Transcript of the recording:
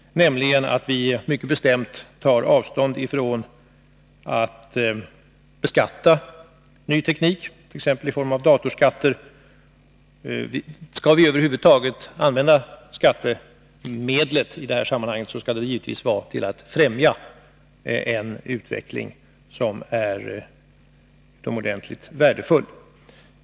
Vi har nämligen mycket bestämt tagit avstånd från varje tanke på beskattning av ny teknik, t.ex. i form av datorskatt. Skall man över huvud taget använda skattemedlet i detta sammanhang, bör det givetvis vara för att främja en utveckling som är utomordentligt värdefull.